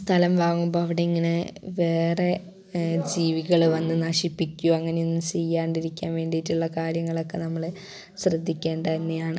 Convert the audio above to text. സ്ഥലം വാങ്ങുമ്പോൾ അവിടെ ഇങ്ങനെ വേറെ ജീവികൾ വന്നു നശിപ്പിക്കുകയോ അങ്ങനെ ഒന്നും ചെയ്യാണ്ടിരിക്കാൻ വേണ്ടിയിട്ടുള്ള കാര്യങ്ങളൊക്കെ നമ്മൾ ശ്രദ്ധിക്കേണ്ടത് തന്നെയാണ്